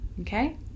okay